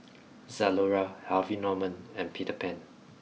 Zalora Harvey Norman and Peter Pan